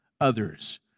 others